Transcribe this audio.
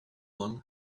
one